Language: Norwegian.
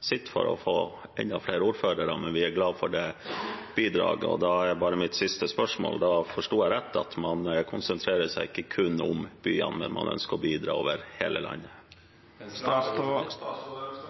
sitt for å få enda flere ordførere, men vi er glad for det bidraget. Da er mitt siste spørsmål: Forsto jeg rett, at man ikke konsentrerer seg kun om byene, men ønsker å bidra over hele landet? Nå